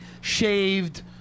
shaved